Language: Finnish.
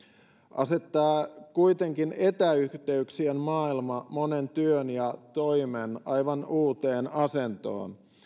asettaa kuitenkin etäyhteyksien maailma monen työn ja toimen aivan uuteen asentoon